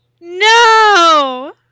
No